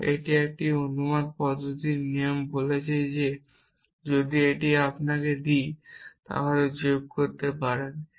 এবং এটি একটি অনুমান পদ্ধতির নিয়ম বলছে যে যদি এটি আপনাকে দেই তাহলে যোগ করতে পারেন